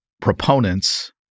proponents